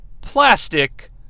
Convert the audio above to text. plastic